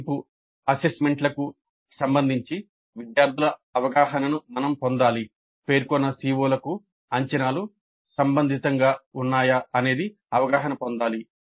మదింపులకు సంబంధించి విద్యార్థుల అవగాహనను మనం పొందాలి పేర్కొన్న CO లకు అంచనాలు సంబంధితంగా ఉన్నాయా అనేది అవగాహన పొందాలి